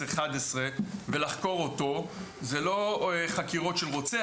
10 או 11 לחקור אותו אלה לא חקירות של רוצח.